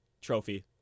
trophy